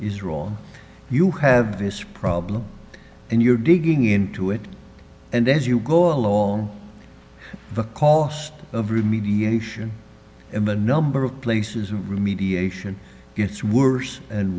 is wrong you have this problem and you're digging into it and as you go along the cost of remediation in the number of places remediation gets worse and